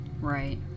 right